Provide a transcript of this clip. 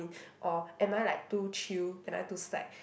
or am I like too chill am I too slack